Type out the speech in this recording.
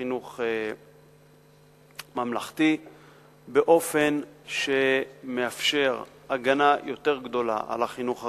חינוך ממלכתי באופן שמאפשר הגנה יותר גדולה על החינוך הרשמי.